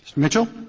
mitchell